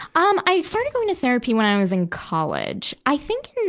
um i started going to therapy when i was in college. i think,